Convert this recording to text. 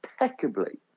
impeccably